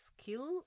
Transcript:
skill